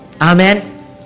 Amen